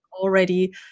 already